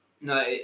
No